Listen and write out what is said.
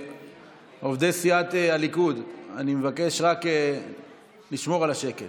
עובדי סיעת הליכוד, אני מבקש לשמור על השקט.